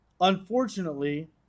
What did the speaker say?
Unfortunately